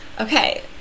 Okay